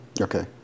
Okay